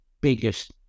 biggest